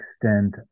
extent